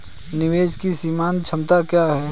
निवेश की सीमांत क्षमता क्या है?